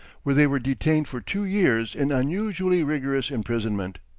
where they were detained for two years in unusually rigorous imprisonment,